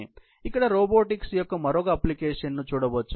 కాబట్టి ఇక్కడ రోబోటిక్స్ యొక్క మరొక ఆప్లికేషన్ నుచూడవచ్చు